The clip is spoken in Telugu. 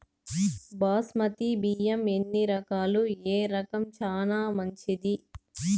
బాస్మతి బియ్యం ఎన్ని రకాలు, ఏ రకం చానా మంచిది?